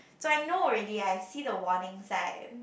so I know already I see the warning sign